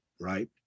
Right